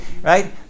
right